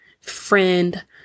friend